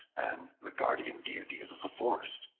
and the guardian deities of the forest.